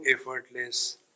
effortless